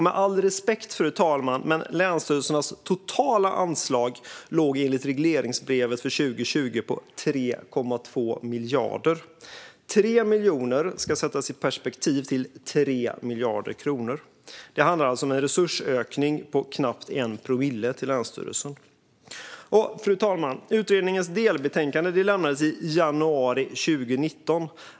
Med all respekt, fru talman: Länsstyrelsernas totala anslag låg enligt regleringsbrevet för 2020 på 3,2 miljarder. Det är alltså 3 miljoner som ska sättas i perspektiv till 3 miljarder kronor. Det handlar alltså om en resursökning till länsstyrelserna på knappt 1 promille. Fru talman! Utredningens delbetänkande lämnades i januari 2019.